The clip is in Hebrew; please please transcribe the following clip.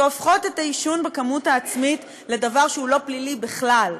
שהופכות את העישון בכמות לצריכה עצמית לדבר שהוא לא פלילי בכלל,